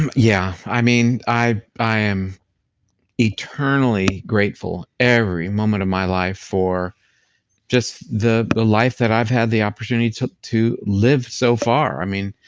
um yeah. i mean, i i am eternally grateful every moment of my life for just the life that i've had the opportunity to to live so far. i mean,